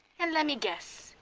and let me guess.